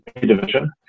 division